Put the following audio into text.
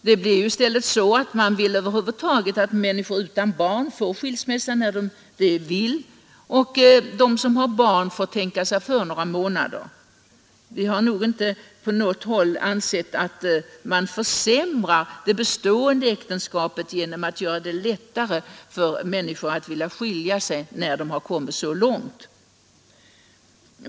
Men i stället blir det ju så att människor utan barn får skilsmässa när de vill, och de som har barn får tänka sig för några månader. Vi har väl inte på något håll menat att man försämrar för det bestående äktenskapet genom att göra det lättare för människor att skilja sig, när det har kommit så långt.